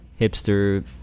hipster